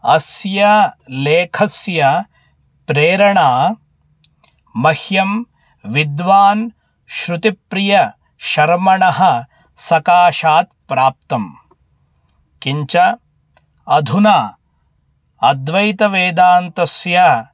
अस्य लेखस्य प्रेरणा मह्यं विद्वान् श्रुतिप्रियशर्मणः सकाशात् प्राप्तं किञ्च अधुना अद्वैतवेदान्तस्य